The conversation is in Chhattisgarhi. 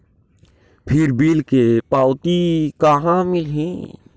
फिर बिल के पावती कहा मिलही?